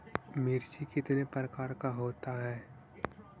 मिर्ची कितने प्रकार का होता है?